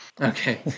Okay